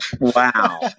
Wow